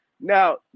Now